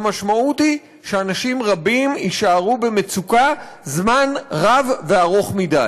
המשמעות היא שאנשים רבים יישארו במצוקה זמן רב וארוך מדי.